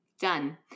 done